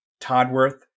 Toddworth